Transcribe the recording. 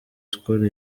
skol